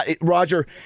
Roger